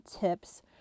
tips